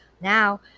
Now